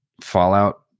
Fallout